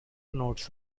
notes